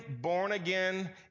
born-again